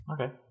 Okay